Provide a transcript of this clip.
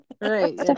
right